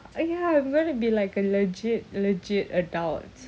I ya I'm going to be like a legit legit adult